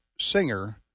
singer